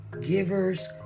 givers